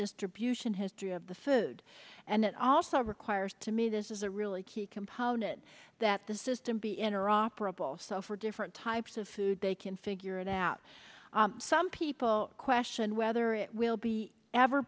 distribution history of the food and it also requires to me this is a really key component that the system be interoperable so for different types of food they can figure it out some people question whether it will be ever